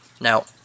Now